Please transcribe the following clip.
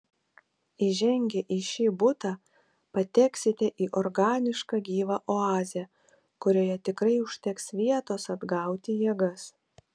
įžengę į šį butą pateksite į organišką gyvą oazę kurioje tikrai užteks vietos atgauti jėgas